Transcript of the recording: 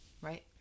Right